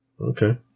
Okay